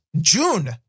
June